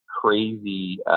crazy